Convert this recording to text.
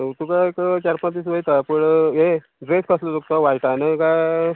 तुका एक चार पांच दीस वयता पूण हे ड्रेस कसलो तुका व्हायटान काय